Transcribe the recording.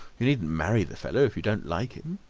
you needn't marry the fellow if you don't like him.